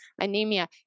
anemia